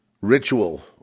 ritual